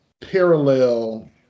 parallel